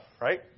right